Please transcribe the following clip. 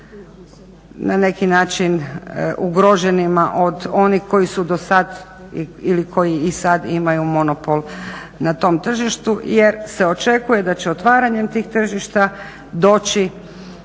na neki način ugroženima od onih koji su do sada ili koji i sada imaju monopol na tom tržištu. Jer se očekuje da će otvaranjem tih tržišta doći